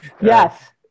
Yes